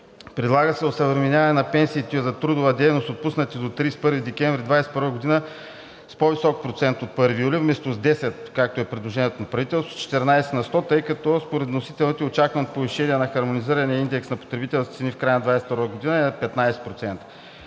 Предлага се осъвременяване на пенсиите за трудова дейност, отпуснати до 31 декември 2021 г. с по-висок процент от 1 юли – вместо с 10%, както е предложението на правителството, 14 на сто, тъй като според вносителите очакваното повишение на хармонизирания индекс на потребителските цени в края на 2022 г. е 15%.